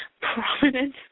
Prominent